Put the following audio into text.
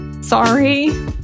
Sorry